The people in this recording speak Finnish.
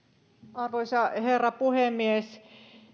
arvoisa herra puhemies